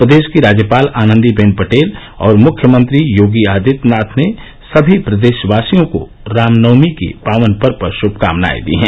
प्रदेश की राज्यपाल आनन्दीबेन पटेल और मुख्यमंत्री योगी आदित्यनाथ ने सभी प्रदेशवासियों को रामनवमी के पावन पर्व पर शुभकामनाएं दी है